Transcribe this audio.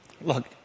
Look